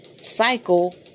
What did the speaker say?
cycle